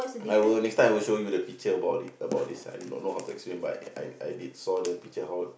I will next time I will show you the picture about it about this I don't know how to explain but I I did saw the picture how